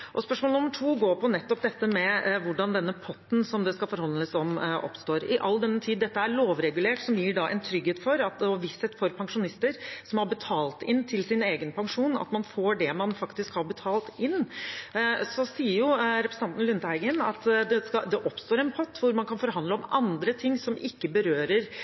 spørsmål nummer én. Spørsmål nummer to går på hvordan den potten som det skal forhandles om, oppstår, all den tid dette er lovregulert, som gir en trygghet for og visshet om for pensjonister, som har betalt inn til sin egen pensjon, at man får det man faktisk har betalt inn. Så sier representanten Lundteigen at det oppstår en pott der man kan forhandle om andre ting, som ikke berører